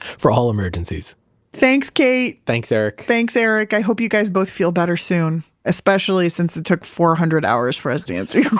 for all emergencies thanks kait thanks eric thanks eric. i hope you guys both feel better soon. especially since it took four hundred hours for us to answer yeah